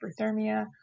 hyperthermia